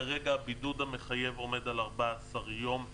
כרגע הבידוד המחייב עומד על 14 יום.